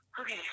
Okay